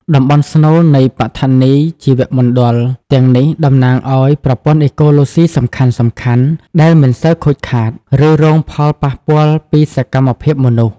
តំបន់ស្នូលនៃបឋនីយជីវមណ្ឌល ទាំងនេះតំណាងឱ្យប្រព័ន្ធអេកូឡូស៊ីសំខាន់ៗ ដែលមិនសូវខូចខាត ឬរងផលប៉ះពាល់ពីសកម្មភាពមនុស្ស។